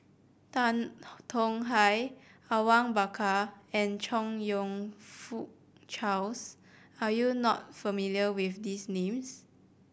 Tan Tong Hye Awang Bakar and Chong You Fook Charles are you not familiar with these names